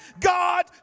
God